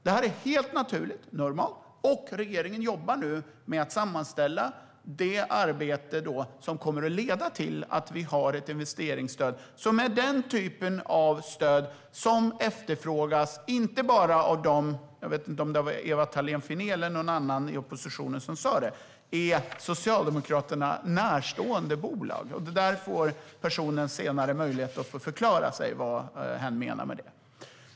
Detta är helt naturligt och normalt, och regeringen jobbar nu med att sammanställa det arbete som kommer att leda till att vi har ett investeringsstöd, som är den typ av stöd som efterfrågas inte bara av - jag vet inte om det var Ewa Thalén Finné eller någon annan i oppositionen som sa det - Socialdemokraterna närstående bolag. Den personen får senare möjlighet att förklara vad hen menar med det.